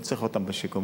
לא צריך אותם בשיקום,